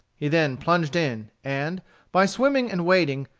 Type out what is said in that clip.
he then plunged in, and, by swimming and wading,